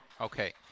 Okay